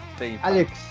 Alex